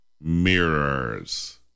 Mirrors